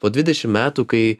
po dvidešim metų kai